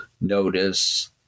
notice